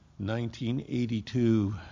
1982